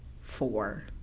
four